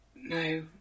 no